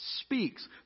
speaks